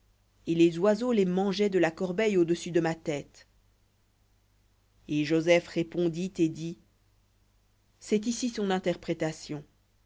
et les oiseaux les mangeaient de la corbeille au-dessus de ma tête et joseph répondit et dit c'est ici son interprétation